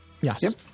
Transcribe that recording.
Yes